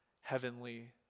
heavenly